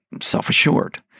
self-assured